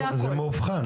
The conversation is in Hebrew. כלומר זה מאובחן.